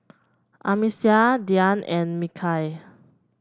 Amsyar Dian and Mikhail